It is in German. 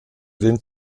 den